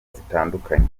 zitandukanye